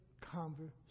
conversation